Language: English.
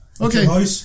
okay